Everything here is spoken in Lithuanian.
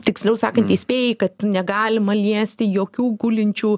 tiksliau sakant įspėjai kad negalima liesti jokių gulinčių